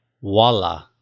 voila